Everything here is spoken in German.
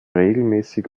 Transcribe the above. regelmäßig